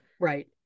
right